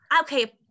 okay